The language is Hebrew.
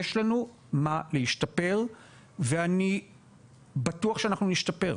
יש לנו מה להשתפר ואני בטוח שאנחנו נשתפר.